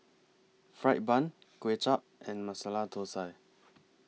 Fried Bun Kway Chap and Masala Thosai